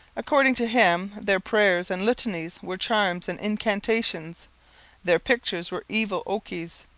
according to him their prayers and litanies were charms and incantations their pictures were evil okies.